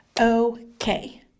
Okay